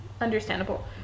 understandable